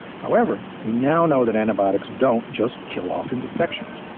however, we now know that antibiotics don't just kill off infections.